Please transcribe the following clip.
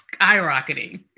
skyrocketing